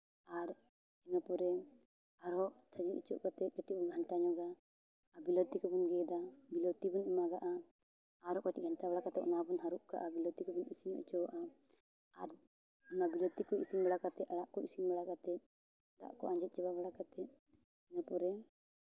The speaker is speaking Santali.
ᱟᱨ ᱤᱱᱟᱹ ᱯᱚᱨᱮ ᱟᱨᱦᱚᱸᱰᱷᱟᱹᱠᱱᱤ ᱚᱪᱚᱜ ᱠᱟᱛᱮ ᱠᱟᱹᱴᱤᱡ ᱵᱚᱱ ᱜᱷᱟᱱᱴᱟ ᱧᱚᱜᱟ ᱟᱨ ᱵᱤᱞᱟᱹᱛᱤ ᱠᱚᱵᱚᱱ ᱜᱮᱫᱟ ᱵᱤᱞᱟᱹᱛᱤ ᱵᱚᱱ ᱮᱢᱟᱜᱟᱜᱼᱟ ᱟᱨᱚ ᱠᱟᱹᱴᱤᱡ ᱜᱷᱟᱱᱴᱟ ᱵᱟᱲᱟ ᱠᱟᱛᱮ ᱚᱱᱟ ᱵᱚᱱ ᱦᱟᱹᱨᱩᱵ ᱠᱟᱜᱼᱟ ᱵᱤᱞᱟᱹᱛᱤ ᱠᱚᱵᱚᱱ ᱤᱥᱤᱱ ᱦᱚᱪᱚᱣᱟᱜᱼᱟ ᱟᱨ ᱚᱱᱟ ᱵᱤᱞᱟᱹᱛᱤ ᱠᱚ ᱤᱥᱤᱱ ᱵᱟᱲᱟ ᱠᱟᱛᱮ ᱟᱲᱟᱜ ᱠᱚ ᱤᱥᱤᱱ ᱵᱟᱲᱟ ᱠᱟᱛᱮ ᱫᱟᱜ ᱠᱚ ᱟᱡᱮᱫ ᱪᱟᱵᱟ ᱵᱟᱲᱟ ᱠᱟᱛᱮ ᱤᱱᱟᱹ ᱯᱚᱨᱮ